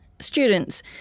students